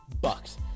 Bucks